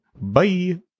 Bye